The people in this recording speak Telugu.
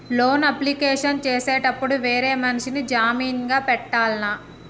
లోన్ అప్లికేషన్ చేసేటప్పుడు వేరే మనిషిని జామీన్ గా పెట్టాల్నా?